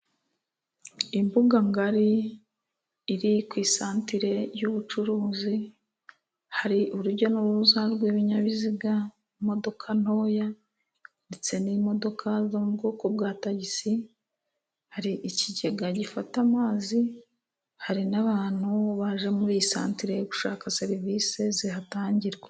Imbuga ngari iri ku santere y'ubucuruzi. Hari urujya n'uruza rw'ibinyabiziga, imodoka ntoya ndetse n'imodoka zo mu bwoko bwa tagisi, hari ikigega gifata amazi, hari n'abantu baje muri iyi santere gushaka serivisi zihatangirwa.